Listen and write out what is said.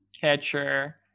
catcher